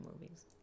movies